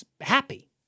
happy